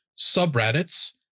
subreddits